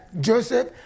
Joseph